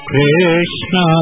Krishna